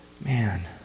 man